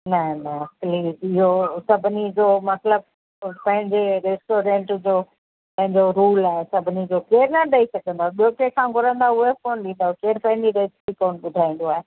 न न प्लीज इहो सभिनी जो मतिलब पंहिंजे रेस्टोरेंट जो पंहिंजो रूल आहे सभिनी जो केरु न ॾई सघंदव ॿियो ब कंहिं खां घुरंदव उहे बि कोन्ह ॾींदव केरु पंहिंजी रेसिपी कोन्ह ॿुधाईदो आहे